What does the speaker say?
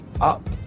up